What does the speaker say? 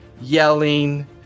yelling